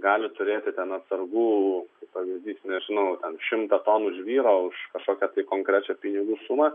gali turėti ten atsargų pavyzdys nežinau ar šimtą tonų žvyro už kažkokią konkrečią pinigų sumą